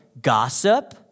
gossip